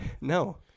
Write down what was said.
No